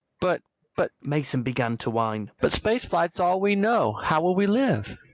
but but mason began to whine. but space flight is all we know! how will we live?